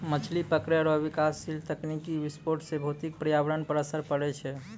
मछली पकड़ै रो विनाशकारी तकनीकी विस्फोट से भौतिक परयावरण पर असर पड़ै छै